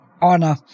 Honor